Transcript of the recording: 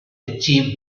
achieve